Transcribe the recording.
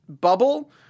bubble